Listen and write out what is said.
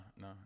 No